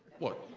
what?